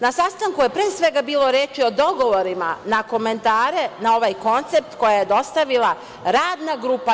Na sastanku je pre svega bilo reči o dogovorima na komentare na ovaj koncept, koja je dostavila radna grupa.